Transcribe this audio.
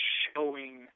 showing